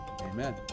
amen